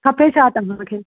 खपे छा तव्हांखे